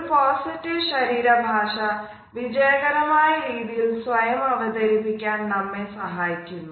ഒരു പോസിറ്റീവ് ശരീര ഭാഷ വിജയകരമായ രീതിയിൽ സ്വയം അവതരിപ്പിക്കാൻ നമ്മെ സഹായിക്കുന്നു